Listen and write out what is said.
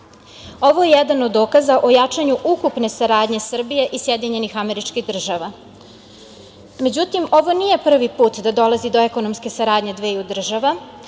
je jedan od dokaza o jačanju ukupne saradnje Srbije i SAD. Međutim, ovo nije prvi put da dolazi do ekonomske saradnje dveju država.